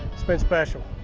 it's been special.